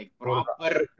proper